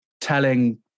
telling